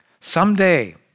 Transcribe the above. Someday